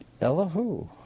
Elihu